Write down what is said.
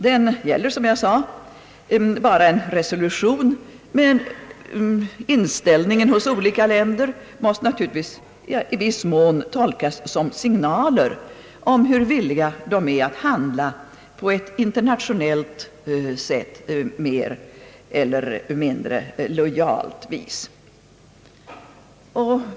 Den gäller som jag sade bara en resolution, men inställningen hos olika länder måste helt naturligt i viss mån tolkas som signaler om hur villiga länderna är att handla på ett internationellt mer eller mindre lojalt sätt.